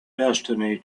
destiny